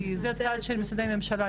כי זה הצד של משרדי הממשלה.